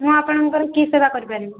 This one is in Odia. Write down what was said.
ମୁଁ ଆପଣଙ୍କର କି ସେବା କରିପାରିବି